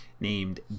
named